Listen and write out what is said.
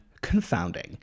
confounding